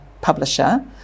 publisher